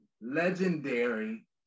legendary